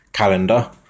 calendar